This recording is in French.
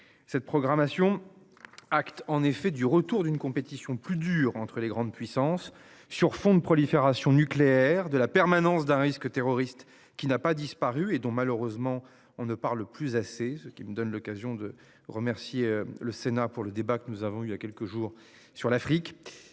cette programmation. Acte en effet du retour d'une compétition plus dure entre les grandes puissances sur fond de prolifération nucléaire de la permanence d'un risque terroriste qui n'a pas disparu, et dont malheureusement on ne parle plus assez. Ce qui me donne l'occasion de remercier le Sénat pour le débat que nous avons eu il y a quelques jours sur l'Afrique